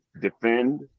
defend